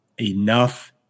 enough